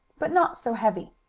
but not so heavy.